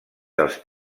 dels